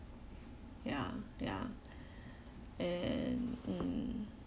ya ya and mm